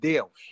Deus